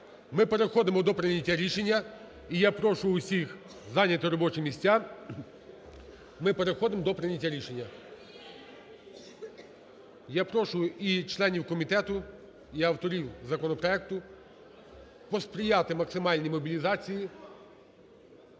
Ми переходимо до прийняття рішення, і я прошу всіх зайняти робочі місця, ми переходимо до прийняття рішення. Я прошу і членів комітету, і авторів комітету посприяти максимальній мобілізації.